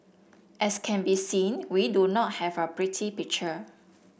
as can be seen we do not have a pretty picture